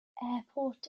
airport